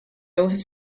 have